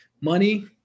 money